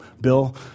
Bill